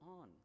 on